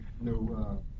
no